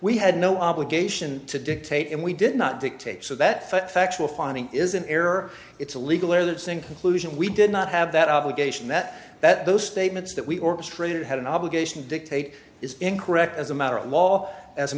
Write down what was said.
we had no obligation to dictate and we did not dictate so that factual finding is an error it's a legal air that same conclusion we did not have that obligation met that those statements that we orchestrated had an obligation dictate is incorrect as a matter of law as